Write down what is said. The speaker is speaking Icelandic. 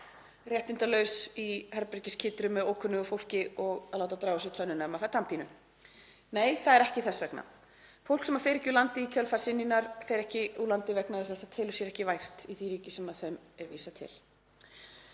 réttindalaus í herbergi með ókunnugu fólki og að láta draga úr sér tönnina ef maður fær tannpínu. Nei, það er ekki þess vegna. Fólk sem fer ekki úr landi í kjölfar synjunar fer ekki úr landi vegna þess að það telur sér ekki vært í því ríki sem því er vísað til.